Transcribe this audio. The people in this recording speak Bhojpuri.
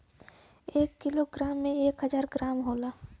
एक कीलो ग्राम में एक हजार ग्राम होला